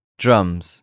drums